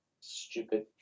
stupid